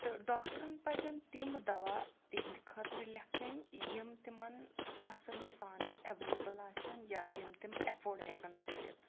تہٕ ڈاکٹَرن پَزَن تِم دَوا تِہِنٛدِ خٲطرٕ لٮ۪کھٕنۍ یِم تِمَن آسٲنی سان اٮ۪وٮ۪لیبٕل آسَن یا یِم تِم اٮ۪فٲڈ ہٮ۪کَن کٔرِتھ